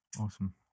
Awesome